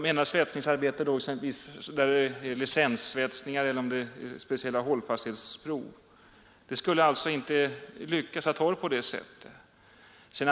Med svetsningsarbete menar jag här licenssvetsningar, speciella hållfasthetskrav etc., och det skulle inte gå att anställa okvalificerad arbetskraft för sådana arbetsuppgifter.